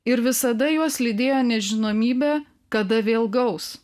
ir visada juos lydėjo nežinomybė kada vėl gaus